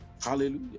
Hallelujah